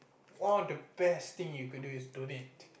one of the best thing you could do is donate